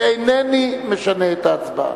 ואינני משנה את ההצבעה,